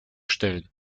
stellen